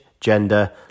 gender